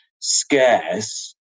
Scarce